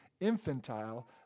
infantile